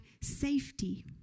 safety